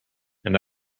and